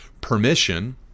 permission